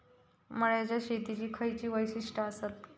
मळ्याच्या शेतीची खयची वैशिष्ठ आसत?